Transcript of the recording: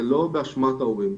זה לא באשמת ההורים,